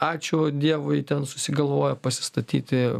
ačiū dievui ten susigalvojo pasistatyti